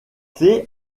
clef